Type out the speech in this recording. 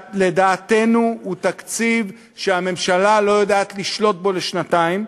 שלדעתנו הוא תקציב שהממשלה לא יודעת לשלוט בו לשנתיים,